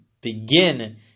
begin